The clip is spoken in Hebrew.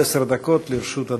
עד עשר דקות לרשות אדוני.